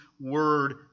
Word